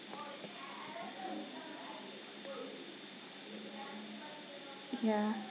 yeah